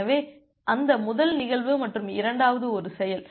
எனவே அந்த முதல் நிகழ்வு மற்றும் இரண்டாவது ஒரு செயல்